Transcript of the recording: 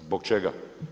Zbog čega?